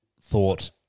Thought